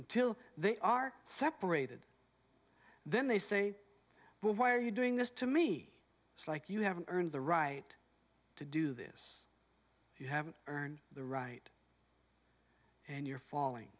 until they are separated then they say why are you doing this to me it's like you have earned the right to do this you have earned the right and you're falling